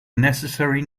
necessary